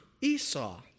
Esau